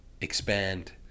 expand